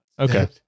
Okay